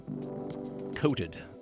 coated